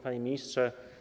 Panie Ministrze!